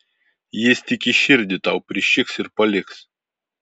jis tik į širdį tau prišiks ir paliks